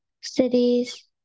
cities